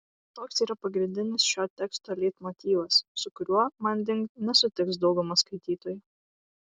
toks yra pagrindinis šio teksto leitmotyvas su kuriuo manding nesutiks dauguma skaitytojų